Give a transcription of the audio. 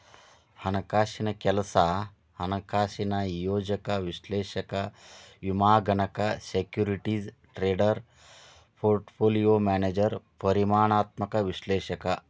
ಹಣಕಾಸಿನ್ ಕೆಲ್ಸ ಹಣಕಾಸಿನ ಯೋಜಕ ವಿಶ್ಲೇಷಕ ವಿಮಾಗಣಕ ಸೆಕ್ಯೂರಿಟೇಸ್ ಟ್ರೇಡರ್ ಪೋರ್ಟ್ಪೋಲಿಯೋ ಮ್ಯಾನೇಜರ್ ಪರಿಮಾಣಾತ್ಮಕ ವಿಶ್ಲೇಷಕ